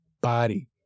body